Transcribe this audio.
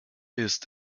ist